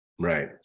Right